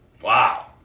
Wow